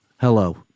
Hello